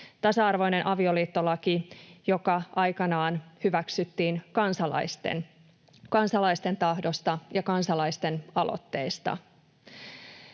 tasa-arvoinen avioliittolaki, joka aikanaan hyväksyttiin kansalaisten tahdosta ja kansalaisten aloitteesta.